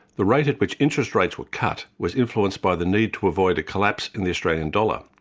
the rate at which interest rates were cut was influenced by the need to avoid a collapse in the australian dollar.